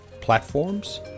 platforms